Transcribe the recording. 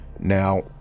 Now